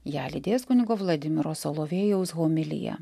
ją lydės kunigo vladimiro solovėjaus homilija